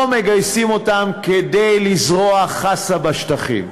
לא מגייסים אותן כדי לזרוע חסה בשטחים.